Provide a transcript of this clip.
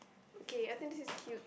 okay I think this is cute